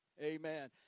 amen